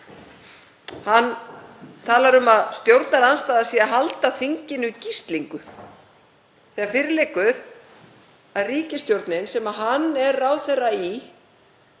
Hann talar um að stjórnarandstaðan sé að halda þinginu í gíslingu þegar fyrir liggur að ríkisstjórnin, sem hann er ráðherra í,